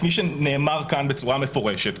כפי שנאמר כאן בצורה מפורשת,